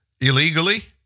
illegally